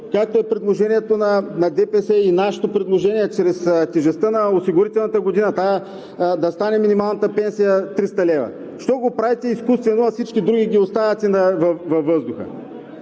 както е предложението на ДПС и нашето предложение – чрез тежестта на осигурителната година минималната пенсия да стане 300 лв. Защо го правите изкуствено, а всички други ги оставяте във въздуха?